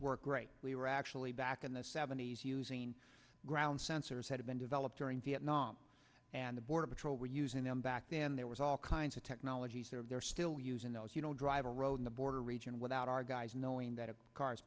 work great we were actually back in the seventy's using ground sensors had been developed during vietnam and the border patrol were using them back then there was all kinds of technologies there and they're still using those you know drive a road in the border region without our guys knowing that cars